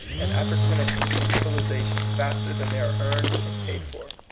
and appurtenances of civilization faster than they are earned and paid for.